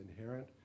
inherent